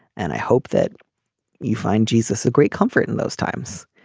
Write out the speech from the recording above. and i hope that you find jesus a great comfort in those times.